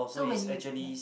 so when you ya